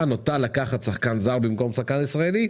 נוטה לקחת שחקן זר במקום שחקן ישראלי,